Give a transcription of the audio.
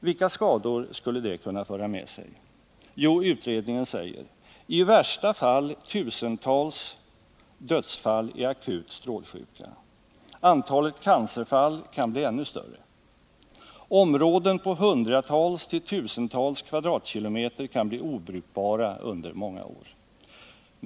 Vilka skador skulle det då kunna föra med sig? Jo, säger utredningen, i värsta fall tusentals dödsfall i akut strålsjuka. Antalet cancerfall kan bli ännu större. Områden på hundratals till tusentals kvadratkilometer kan bli obrukbara under många år.